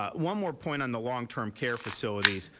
one more point on the long-term care facility.